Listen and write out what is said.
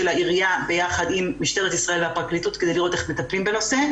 העירייה יחד עם משטרת ישראל והפרקליטות כדי לראות איך מטפלים בנושא.